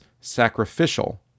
sacrificial